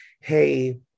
hey